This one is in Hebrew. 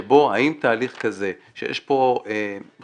שבו האם תהליך כזה שיש פה חברות,